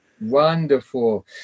Wonderful